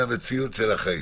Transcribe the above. "מסירת דיווח או הצהרה,